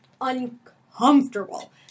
uncomfortable